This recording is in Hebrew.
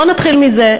בוא נתחיל מזה,